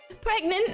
Pregnant